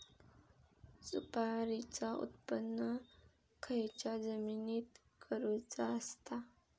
सुपारीचा उत्त्पन खयच्या जमिनीत करूचा असता?